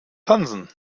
tanzen